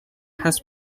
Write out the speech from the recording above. has